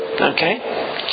Okay